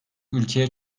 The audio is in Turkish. ülkeye